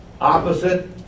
opposite